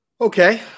Okay